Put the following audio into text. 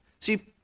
See